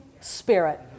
spirit